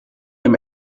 him